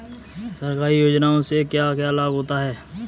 सरकारी योजनाओं से क्या क्या लाभ होता है?